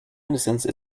innocence